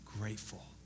grateful